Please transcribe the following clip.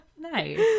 nice